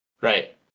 Right